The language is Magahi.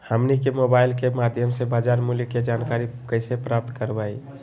हमनी के मोबाइल के माध्यम से बाजार मूल्य के जानकारी कैसे प्राप्त करवाई?